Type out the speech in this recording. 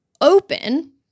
open